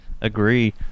agree